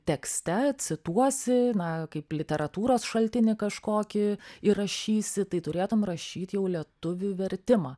tekste cituosi na kaip literatūros šaltinį kažkokį įrašysi tai turėtum rašyt jau lietuvių vertimą